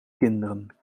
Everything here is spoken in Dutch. kinderen